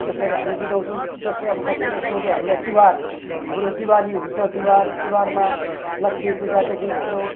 यसरी हामी बुझाउँछौँ जस्तै अब कसैले सोध्यो हामीलाई तिहार हाम्रो दिवाली हुन्छ तिहार तिहारमा लक्ष्मीपूजादेखि हाम्रो